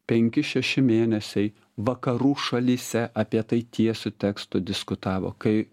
penki šeši mėnesiai vakarų šalyse apie tai tiesiu tekstu diskutavo kai